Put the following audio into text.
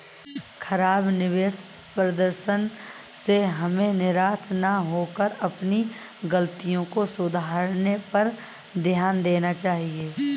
खराब निवेश प्रदर्शन से हमें निराश न होकर अपनी गलतियों को सुधारने पर ध्यान देना चाहिए